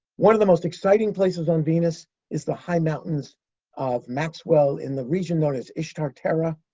one of the most exciting places on venus is the high mountains of maxwell in the region known as ishtar terra.